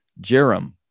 Jerem